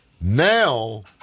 Now